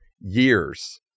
years